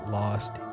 lost